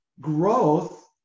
Growth